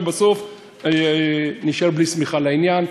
ובסוף נישאר בלי שמיכה לעניין.